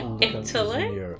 Italy